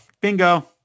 Bingo